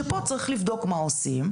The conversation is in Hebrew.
שפה צריך לבדוק מה עושים.